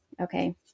Okay